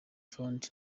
fund